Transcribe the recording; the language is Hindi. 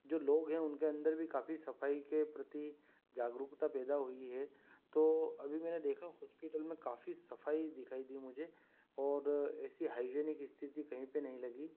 जो लोग हैं उनके अंदर भी काफ़ी सफाई के प्रति जागरूकता पैदा हुई है तो अभी मैंने देखा हॉस्पिटल में काफी सफाई दिखाई दी मुझे और ऐसी हाइजेनिक स्थिति कहीं पर नहीं लगी